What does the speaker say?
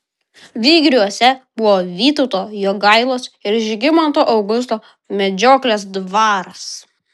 vygriuose buvo vytauto jogailos ir žygimanto augusto medžioklės dvaras